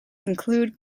include